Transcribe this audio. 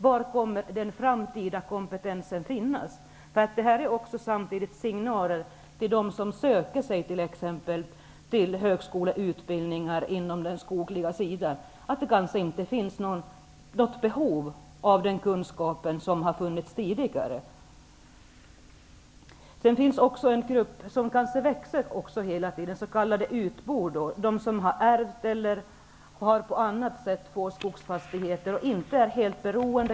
Var kommer den framtida kompetensen att finnas? Det här är samtidigt en signal till dem som söker sig exempelvis till högskoleutbildningar på det skogliga området, att det kanske inte finns något behov av den kunskap som har funnits tidigare. Det finns också en grupp, som kanske växer hela tiden, och det är s.k. utbor, som har ärvt eller på annat sätt fått skogsfastigheter och inte är helt beroende av dem.